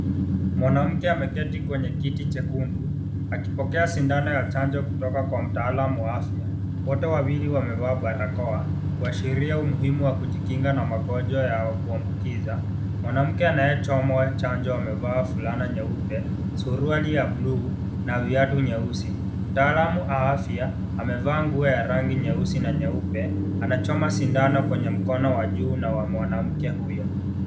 Mwanamke ameketi kwenye kiti jekundu, akipokea sindano ya chanjo kutoka kwa mtaalamu wa afya. Wote , wawili wamevaa balakoa, kuashiria umuhimu wa kujikinga na magonjwa ya kuambukiza. Mwanamke, anayechomwa chanjo, amevaa fulana nyeupe, suruali ya blue na viatu nyeusi. Mtaalamu wa afya, amevaa nguo ya rangi nyeusi na nyeupe, anachoma sindano kwenye mkono wa juu na wa mwanamke huyo.